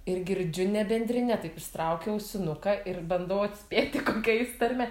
ir girdžiu ne bendrine taip išsitraukiu ausinuką ir bandau atspėti kokia jis tarme